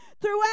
throughout